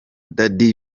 dady